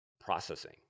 processing